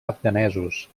afganesos